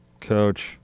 coach